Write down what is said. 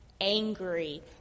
angry